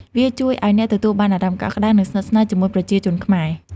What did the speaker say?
វាជួយឲ្យអ្នកទទួលបាន អារម្មណ៍កក់ក្តៅ និងស្និទ្ធស្នាល ជាមួយប្រជាជនខ្មែរ។